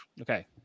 Okay